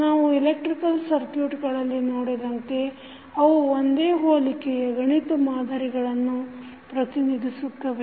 ನಾವು ಇಲೆಕ್ಟ್ರಿಕ್ ಸರ್ಕುಟ್ಗಳಲ್ಲಿ ನೋಡಿದಂತೆ ಅವು ಒಂದೇ ಹೋಲಿಕೆಯ ಗಣಿತ ಮಾದರಿಗಳನ್ನು ಪ್ರತಿನಿಧಿಸುತ್ತವೆ